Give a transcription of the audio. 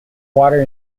water